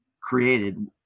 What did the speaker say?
created